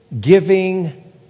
giving